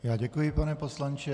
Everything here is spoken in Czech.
Já děkuji, pane poslanče.